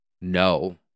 No